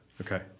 Okay